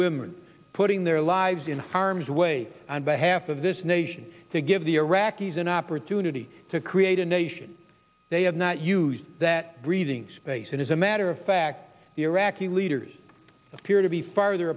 women putting their lives in harm's way on behalf of this nation to give the iraqis an opportunity to create a nation they have not used that breathing space and as a matter of fact the iraqi leaders appear to be farther